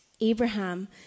Abraham